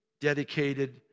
dedicated